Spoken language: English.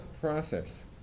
process